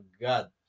God